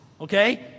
Okay